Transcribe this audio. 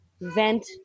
vent